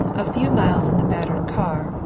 a few miles in the battered car,